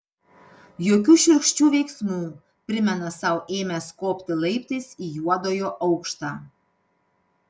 jokių šiurkščių veiksmų primena sau ėmęs kopti laiptais į juodojo aukštą